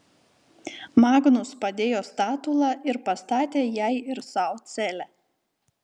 magnus padėjo statulą ir pastatė jai ir sau celę